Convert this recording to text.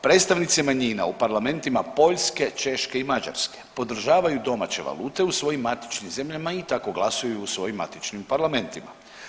Predstavnici manjina u parlamentima Poljske, Češke i Mađarske podržavaju domaće valute u svojim matičnim zemljama i tako glasuju u svojim matičnim parlamentima.